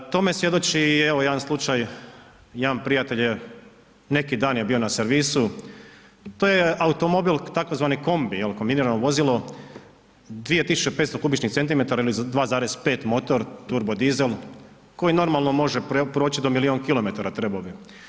Tome svjedoči evo i jedan slučaj, jedan prijatelj je, neki dan je bio na servisu, to je automobil, tzv. kombi, je li, kombinirano vozilo, 2500 kubičnih centimetara ili 2,5 motor, turbodizel koji normalno može proći do milijun kilometara, trebao bi.